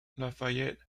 lafayette